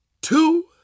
two